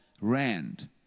rand